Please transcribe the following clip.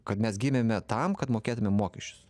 kad mes gimėme tam kad mokėtumėm mokesčius